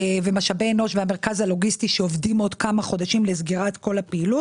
משאבי אנוש והמרכז הלוגיסטי שעובדים עוד כמה חודשים לסגירת כל הפעילות.